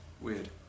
weird